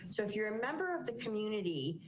so if you're a member of the community.